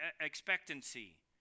expectancy